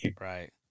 right